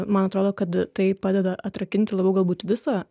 man atrodo kad tai padeda atrakinti labiau galbūt visą